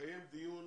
לקיים דיון